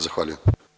Zahvaljujem.